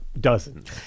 dozens